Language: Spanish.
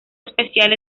especial